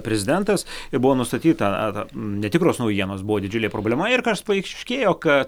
prezidentas ir buvo nustatyta ar netikros naujienos buvo didžiulė problema ir kas paaiškėjo kad